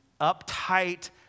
uptight